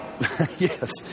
Yes